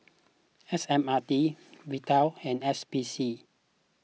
S M R T Vital and S P C